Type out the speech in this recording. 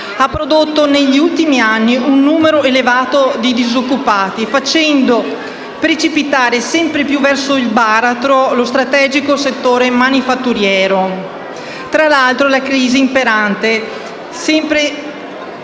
ha prodotto, negli ultimi anni, un numero elevato di disoccupati, facendo precipitare sempre più verso il baratro lo strategico settore manifatturiero. Tra l'altro, la crisi imperante sembra